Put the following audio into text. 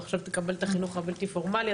ועכשיו תקבל את החינוך הבלתי פורמלי,